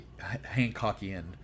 Hancockian